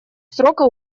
срока